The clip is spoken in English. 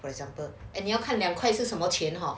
for example and 你要看两块是什么钱 hor